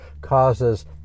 causes